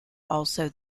also